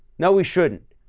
no, we shouldn't.